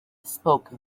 spoke